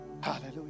hallelujah